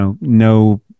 no